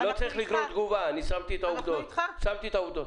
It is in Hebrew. נגה, לא צריך לגרור תגובה, אני שמתי את העובדות.